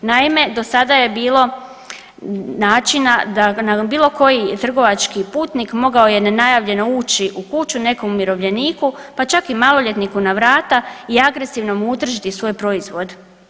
Naime, do sada je bilo načina da na bilo koji trgovački putnik mogao je nenajavljeno ući u kuću nekom umirovljeniku pa čak i maloljetniku na vrata i agresivno mu utržiti svoj proizvod.